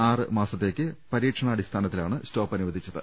ആറുമാസത്തേക്ക് പരീക്ഷണാടിസ്ഥാനത്തിലാണ് സ്റ്റോപ്പ് അനുവദിച്ചത്